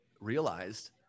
realized